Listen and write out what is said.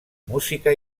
música